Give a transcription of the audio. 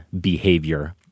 behavior